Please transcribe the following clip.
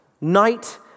Night